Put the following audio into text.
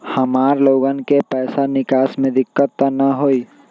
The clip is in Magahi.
हमार लोगन के पैसा निकास में दिक्कत त न होई?